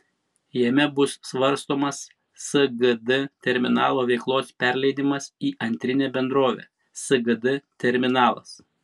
jame bus svarstomas sgd terminalo veiklos perleidimas į antrinę bendrovę sgd terminalas